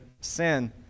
sin